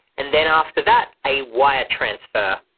and then after that a wire transfer.